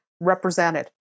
represented